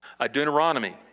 Deuteronomy